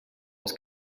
was